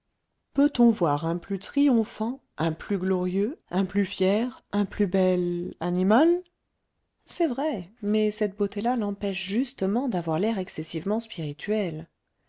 peut-on voir un plus triomphant un plus glorieux un plus fier un plus bel animal c'est vrai mais cette beauté là l'empêche justement d'avoir l'air excessivement spirituel